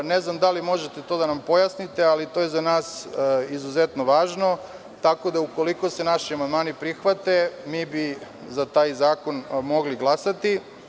Ne znam da li možete to da nam pojasnite, ali to je za nas izuzetno važno, tako da ukoliko se naši amandmani prihvate mi bi za taj zakon mogli glasati.